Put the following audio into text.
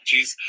Jeez